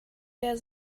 der